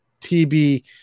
TB